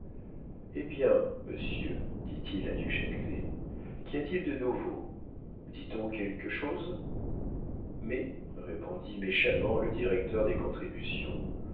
hé bien monsieur dit-il à du châtelet qu'y a-t-il de nouveau dit-on quelque chose mais répondit méchamment le directeur des contributions